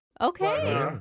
Okay